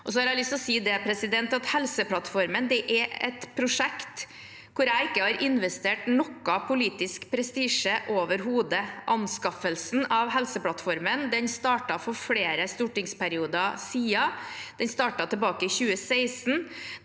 Så har jeg lyst til å si at Helseplattformen er et prosjekt hvor jeg ikke har investert noe politisk prestisje overhodet. Anskaffelsen av Helseplattformen startet for flere stortingsperioder siden. Den startet tilbake i 2016,